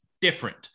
different